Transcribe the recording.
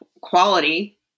quality